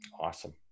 Awesome